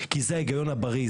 כי זה ההיגיון הבריא,